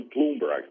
Bloomberg